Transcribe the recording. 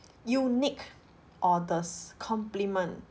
unique oddest compliment